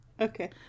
Okay